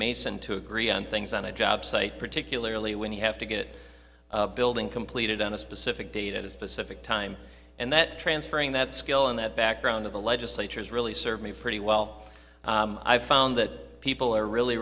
mason to agree on things on a job site particularly when you have to get a building completed on a specific date at a specific time and that transferring that skill and that background of the legislature is really served me pretty well i found that people are really